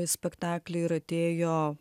spektaklį ir atėjo